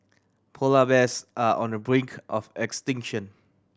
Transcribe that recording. polar bears are on the brink of extinction